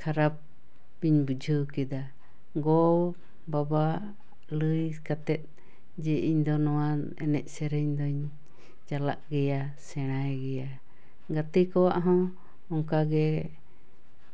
ᱠᱷᱟᱨᱟᱯ ᱤᱧ ᱵᱩᱡᱷᱟᱹᱣ ᱠᱮᱫᱟ ᱜᱚ ᱵᱟᱵᱟ ᱞᱟᱹᱭ ᱠᱟᱛᱮ ᱡᱮ ᱤᱧ ᱫᱚ ᱱᱚᱣᱟ ᱮᱱᱮᱡ ᱥᱮᱨᱮᱧ ᱫᱚᱧ ᱪᱟᱞᱟᱜ ᱜᱮᱭᱟ ᱥᱮᱬᱟᱭ ᱜᱮᱭᱟ ᱜᱟᱛᱮ ᱠᱚᱣᱟᱜ ᱦᱚᱸ ᱚᱱᱠᱟᱜᱮ